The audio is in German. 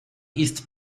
ist